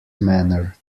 manner